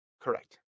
Correct